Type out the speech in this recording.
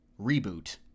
reboot